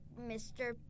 Mr